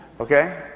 Okay